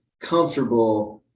comfortable